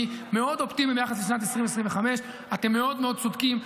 אני מאוד אופטימי ביחס לשנת 2025. אתם מאוד מאוד צודקים,